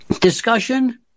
discussion